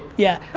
yeah,